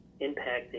impacting